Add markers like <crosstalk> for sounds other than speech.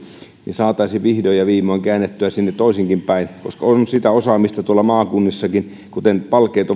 saataisiin vihdoin ja viimein käännettyä toisinkinpäin koska on sitä osaamista tuolla maakunnissakin kuten palkeet <unintelligible>